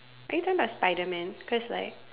are you talking about Spiderman cause like